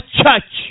church